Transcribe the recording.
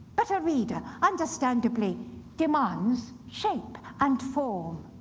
but a reader understandably demands shape and form.